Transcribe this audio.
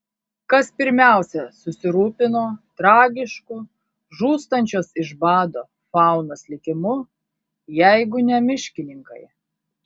kas pirmiausiai susirūpino tragišku žūstančios iš bado faunos likimu jeigu ne miškininkai